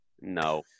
No